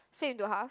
save into half